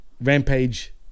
Rampage